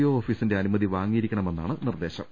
O ഓഫീസിന്റെ അനുമതി വാങ്ങിയിരിക്കണമെന്നാണ് നിർദ്ദേശം